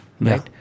right